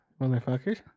Motherfuckers